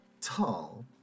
tall